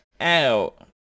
out